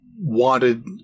wanted